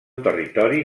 territori